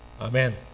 amen